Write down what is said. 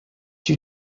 you